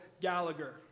Gallagher